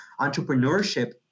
entrepreneurship